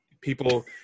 People